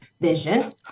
vision